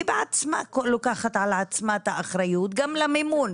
היא בעצמה לוקחת על עצמה את האחריות גם למימון,